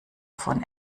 von